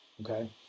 okay